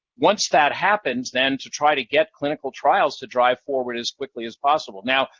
once that happens, then, to try to get clinical trials to drive forward as quickly as possible. now,